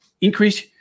increase